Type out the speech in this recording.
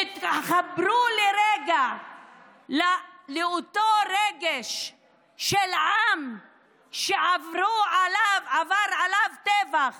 תתחברו לרגע לאותו רגש של עם שעבר עליו טבח